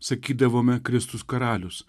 sakydavome kristus karalius